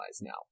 now